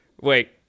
Wait